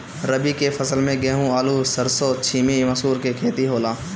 रबी के फसल में गेंहू, आलू, सरसों, छीमी, मसूर के खेती होला